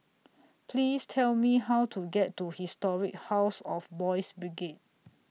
Please Tell Me How to get to Historic House of Boys' Brigade